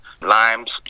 limes